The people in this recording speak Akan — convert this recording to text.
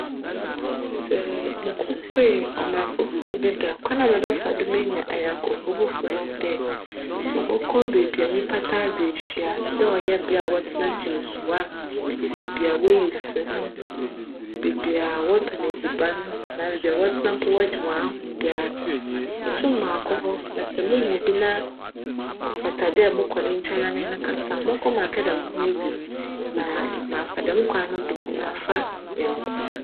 Sj mokopue cman fofor bi do a, kwan a mebjfa do meenya anyjnkofo fofor nye dj, mobckc beebi a nyimpa taa dzi ehyia dj cyj bea a wctsena gye enyiwa, beebi a woyi sene, beebi a wctcn edziban, anaa beebi a wctsena gye hcn ahom biara. Mobotum akc hc na sj muhu obi na cfata dj mokc ne nkyjn nye no kasa a, mobckc akjda mo ho edzi na mafa djm kwan no do ma yjafa anyjnko.